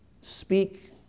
speak